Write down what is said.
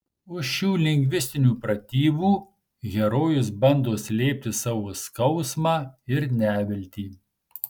už šių lingvistinių pratybų herojus bando slėpti savo skausmą ir neviltį